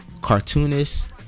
cartoonist